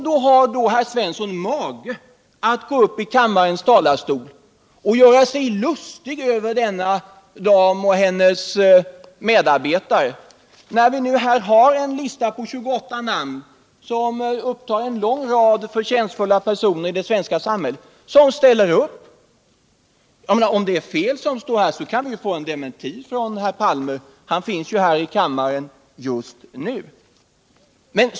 Då har Olle Svensson mage att gå upp i kammarens talarstol och göra sig lustig över denna dam och hennes medarbetare. Vi har här en lista som upptar namnen på 28 förtjänstfulla personer i det svenska samhället, vilka ställer upp för intervjuer. Om det är fel som det står här så kan vi ju få en dementi från herr Palme, som finns i kammaren just nu.